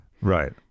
Right